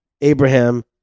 Abraham